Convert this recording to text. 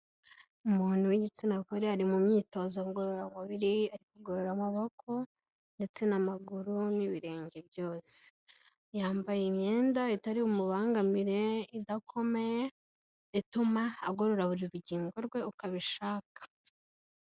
Umuntu w'igitsina gore ari mu myitozo ngororamubiri, ari kugorora amaboko ndetse n'amaguru n'ibirenge byose, yambaye imyenda itari bumubangamire, idakomeye, ituma agorora buri rugingo rwe uko abishaka.